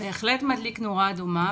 בהחלט מדליק נורה אדומה,